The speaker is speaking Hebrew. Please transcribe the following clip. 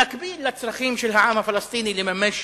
במקביל לצרכים של העם הפלסטיני לממש